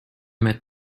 met